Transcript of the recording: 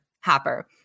hopper